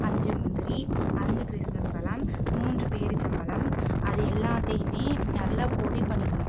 அஞ்சு முந்திரி அஞ்சு கிஸ்மிஸ் பழம் மூன்று பேரீச்சம் பழம் அது எல்லாத்தையுமே நல்லா பொடி பண்ணிக்கணும்